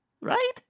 Right